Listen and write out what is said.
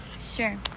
Sure